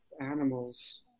animals